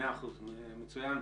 מצוין.